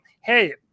hey